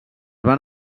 van